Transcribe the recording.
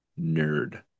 nerd